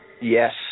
yes